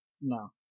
No